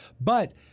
But-